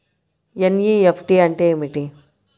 NEFT అంటే ఏమిటీ?